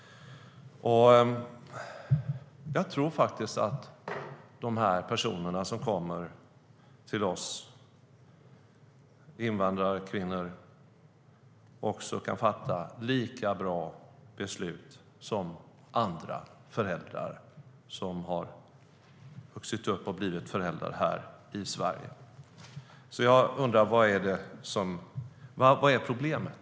Jag tror att de personer som kommer till oss, invandrarkvinnor, också kan fatta lika bra beslut som andra föräldrar som har vuxit upp och blivit föräldrar här i Sverige. Jag undrar: Vad är problemet?